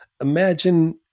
imagine